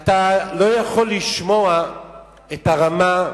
אתה לא יכול לשמוע את הרמה,